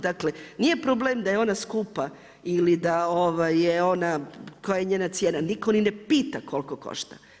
Dakle, nije problem da je ona skupa ili da je ona, koja je njena cijena nitko ni ne pita koliko košta.